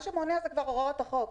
מה שמונע זה כבר הוראות החוק.